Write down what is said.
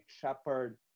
shepherd